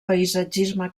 paisatgisme